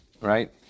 right